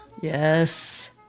Yes